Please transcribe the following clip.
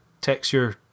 texture